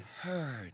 heard